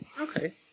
Okay